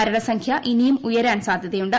മരണസംഖ്യ ഇനിയും ഉയരാൻ സാധ്യതയുണ്ട്